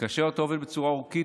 וכאשר אתה עובד בצורה אורכית,